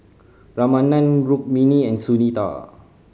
Ramanand Rukmini and Sunita